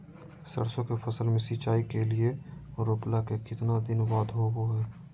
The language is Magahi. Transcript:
सरसों के फसल में सिंचाई के जरूरत रोपला के कितना दिन बाद होबो हय?